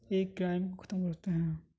ایک کرائم کو ختم کر سکتے ہیں